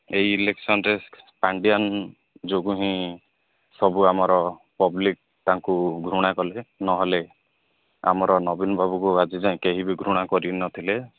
ଏଇ ଇଲେକ୍ସନରେ ପାଣ୍ଡିଆନ ଯୋଗୁ ହିଁ ସବୁ ଆମର ପବ୍ଲିକ ତାଙ୍କୁ ଘୃଣା କଲେ ନହେଲେ ଆମର ନବୀନ ବାବୁଙ୍କୁ ଆଜି ଯାଏ କେହି ବି ଘୃଣା କରି ନଥିଲେ